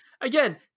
again